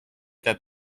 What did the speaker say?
that